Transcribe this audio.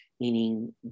meaning